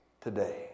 today